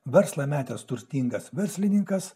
verslą metęs turtingas verslininkas